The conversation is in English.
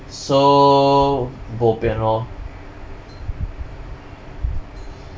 so bo pian lor